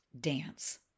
dance